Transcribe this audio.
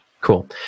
Cool